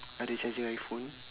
are they charging my phone